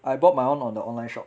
I bought my own on the online shop